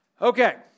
Okay